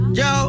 yo